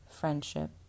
friendship